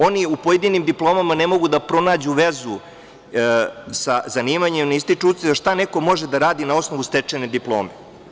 Oni u pojedinim diplomama ne mogu da pronađu vezu sa zanimanjem i stiču utisak šta neko može da radi na osnovu stečene diplome.